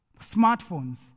smartphones